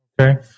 Okay